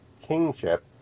kingship